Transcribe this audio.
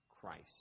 Christ